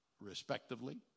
respectively